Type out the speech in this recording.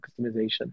customization